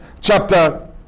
chapter